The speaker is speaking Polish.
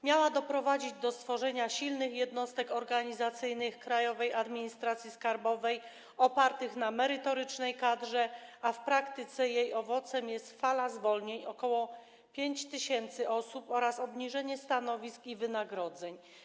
Miała doprowadzić do stworzenia silnych jednostek organizacyjnych Krajowej Administracji Skarbowej opartych na merytorycznej kadrze, a w praktyce jej owocem jest fala zwolnień, ok. 5 tys. osób, oraz obniżenie stanowisk i wynagrodzeń.